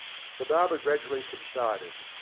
the barber gradually subsided.